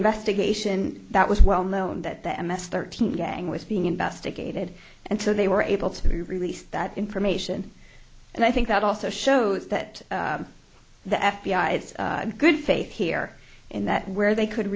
investigation that was well known that the m s thirteen gang was being investigated and so they were able to be released that information and i think that also shows that the f b i its good faith here in that where they could